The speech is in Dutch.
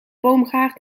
boomgaard